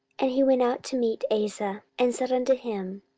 and he went out to meet asa, and said unto him,